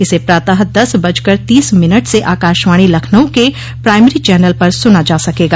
इसे प्रातः दस बज कर तीस मिनट से आकाशवाणी लखनऊ के प्राइमरी चैनल पर सुना जा सकेगा